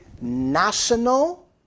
national